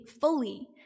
fully